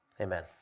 Amen